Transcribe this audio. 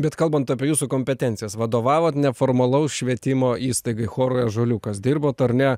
bet kalbant apie jūsų kompetencijas vadovavot neformalaus švietimo įstaigai chorui ąžuoliukas dirbot ar ne